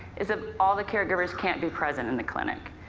is ah all the caregivers can't be present in the clinic.